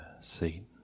seat